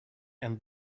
and